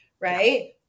Right